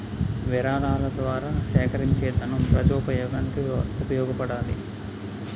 విరాళాల ద్వారా సేకరించేదనం ప్రజోపయోగానికి ఉపయోగపడాలి